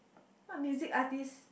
what music artists